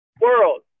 world